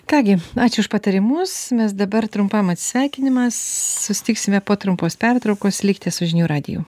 ką gi ačiū už patarimus mes dabar trumpam atsisveikinimas susitiksime po trumpos pertraukos likite su žinių radiju